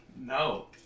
No